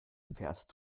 fährst